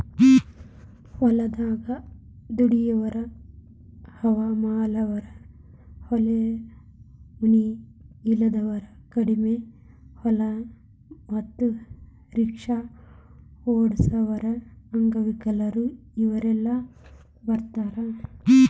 ಹೊಲದಾಗ ದುಡ್ಯಾವರ ಹಮಾಲರು ಹೊಲ ಮನಿ ಇಲ್ದಾವರು ಕಡಿಮಿ ಹೊಲ ಮತ್ತ ರಿಕ್ಷಾ ಓಡಸಾವರು ಅಂಗವಿಕಲರು ಇವರೆಲ್ಲ ಬರ್ತಾರ